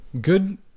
Good